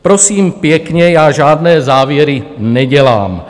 Prosím pěkně, já žádné závěry nedělám.